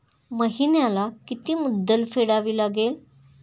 महिन्याला किती मुद्दल फेडावी लागेल?